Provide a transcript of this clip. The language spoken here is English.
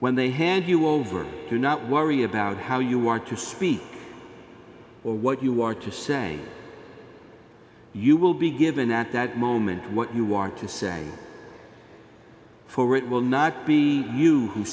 when they hand you over to not worry about how you want to speak or what you are to say you will be given at that moment what you want to say for it will not be you who